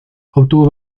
obtuvo